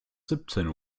siebzehn